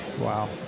wow